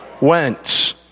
went